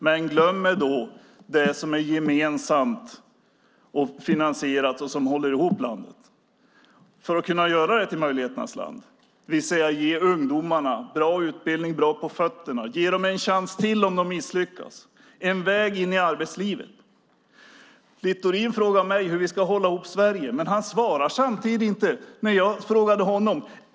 Men man glömmer då det som är gemensamt finansierat och som håller ihop landet för att det ska kunna göras till möjligheternas land. Det handlar om att ge ungdomarna bra utbildning, bra på fötterna och ännu en chans om de misslyckas. Det handlar om en väg in i arbetslivet. Littorin frågar mig hur vi ska hålla ihop Sverige. Men han svarar inte på det jag frågade honom.